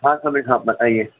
ہاں سمیع صاحب بتائیے